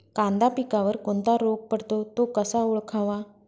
कांदा पिकावर कोणता रोग पडतो? तो कसा ओळखावा?